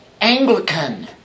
Anglican